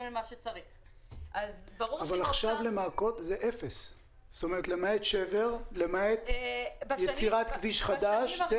אבל עכשיו למעקות יש אפס למעט שבר ויצירת כביש חדש.